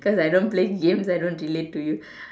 cause I don't play games I don't relate to you